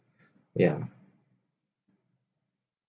ya